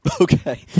Okay